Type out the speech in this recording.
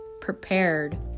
prepared